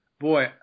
Boy